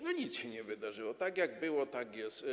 Nic się nie wydarzyło - tak jak było, tak jest.